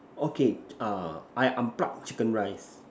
okay uh I unpluck chicken rice